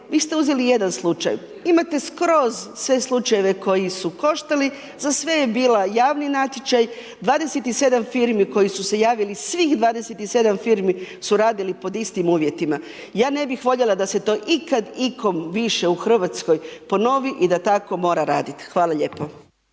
vi ste uzeli jedan slučaj, imate skroz sve slučajeve koji su koštali, za sve je bio javni natječaj, 27 firmi, koji su se javili svih 27 firmi su radili pod istim uvjetima. Ja ne bih voljela da se to ikada ikom više u Hrvatskoj ponovi i da tako mora raditi. Hvala lijepo.